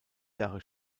jahre